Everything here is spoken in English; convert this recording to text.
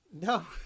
no